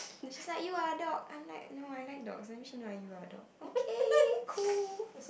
is like you are dog I'm like no I like dogs I wish you know you are dog okay cool